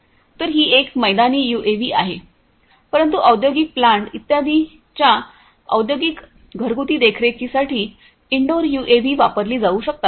तर ही एक मैदानी यूएव्ही आहे परंतु औद्योगिक प्लांट इत्यादींच्या औद्योगिक घरगुती देखरेखीसाठी इनडोअर यूएव्ही वापरली जाऊ शकतात